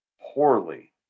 poorly